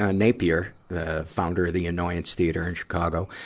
ah napier, the founder of the annoyance theater in chicago,